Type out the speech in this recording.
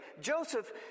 Joseph